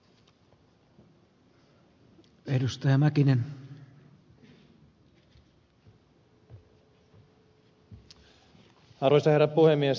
arvoisa herra puhemies